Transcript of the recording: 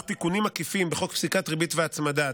תיקונים עקיפים בחוק פסיקת ריבית והצמדה,